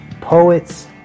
poets